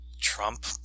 Trump